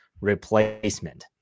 replacement